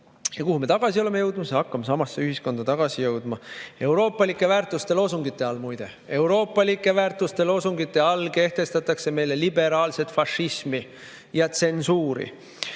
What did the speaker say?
kuhu me tagasi oleme jõudmas? Hakkame samasse ühiskonda tagasi jõudma. Euroopalike väärtuste loosungite all, muide, euroopalike väärtuste loosungite all kehtestatakse meil liberaalset fašismi ja tsensuuri.